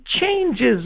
changes